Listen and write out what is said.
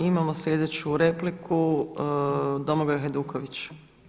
Imamo sljedeću repliku Domagoj Hajduković.